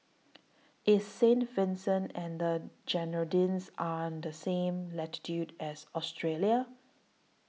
IS Saint Vincent and The Grenadines Are on The same latitude as Australia